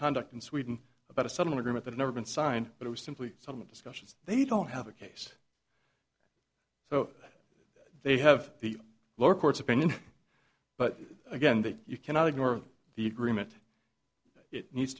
conduct in sweden about a sudden agreement that never been signed but it was simply some discussions they don't have a case so they have the lower courts opinion but again that you cannot ignore the agreement it needs